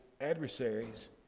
adversaries